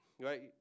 right